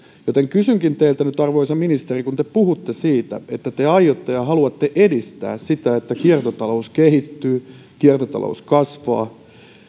kysynkin teiltä nyt arvoisa ministeri kun te puhutte siitä että te aiotte ja haluatte edistää sitä että kiertotalous kehittyy kiertotalous kasvaa